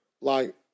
Like-